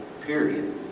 period